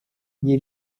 nie